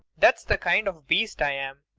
that's the kind of beast i am.